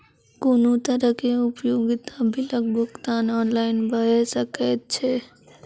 कुनू तरहक उपयोगिता बिलक भुगतान ऑनलाइन भऽ सकैत छै?